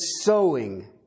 sowing